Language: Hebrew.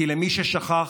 כי למי ששכח,